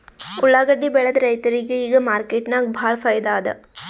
ಉಳ್ಳಾಗಡ್ಡಿ ಬೆಳದ ರೈತರಿಗ ಈಗ ಮಾರ್ಕೆಟ್ನಾಗ್ ಭಾಳ್ ಫೈದಾ ಅದಾ